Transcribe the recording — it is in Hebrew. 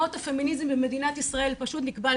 מות הפמיניזם במדינת ישראל פשוט נקבע על